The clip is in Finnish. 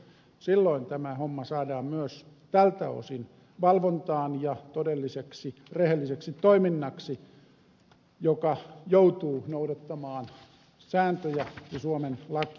silloin tämä homma saadaan myös tältä osin valvontaan ja todelliseksi rehelliseksi toiminnaksi joka joutuu noudattamaan sääntöjä ja suomen lakia